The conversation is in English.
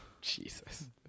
Jesus